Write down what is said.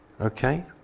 Okay